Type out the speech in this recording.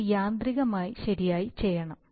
ഇത് യാന്ത്രികമായി ശരിയായി ചെയ്യണം